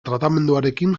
tratamenduarekin